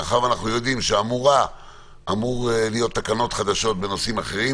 מאחר שאנחנו יודעים שאמורות להיות תקנות חדשות בנושאים אחרים,